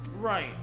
Right